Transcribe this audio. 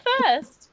first